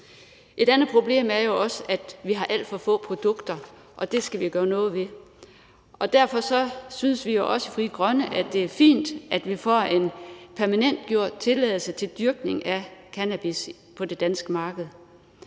Et andet problem er jo også, at vi har alt for få produkter, og det skal vi gøre noget ved. Derfor synes vi også i Frie Grønne, at det er fint, at vi får en permanent tilladelse til dyrkning af cannabis på det danske marked.